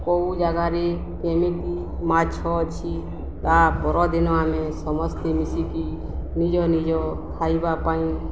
କେଉଁ ଜାଗାରେ କେମିତି ମାଛ ଅଛି ତା' ପରଦିନ ଆମେ ସମସ୍ତେ ମିଶିକି ନିଜ ନିଜ ଖାଇବା ପାଇଁ